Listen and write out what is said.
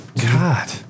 God